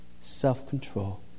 self-control